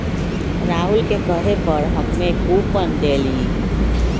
राहुल के कहे पर हम्मे कूपन देलीयी